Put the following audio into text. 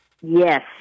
Yes